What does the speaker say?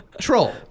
Troll